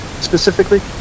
specifically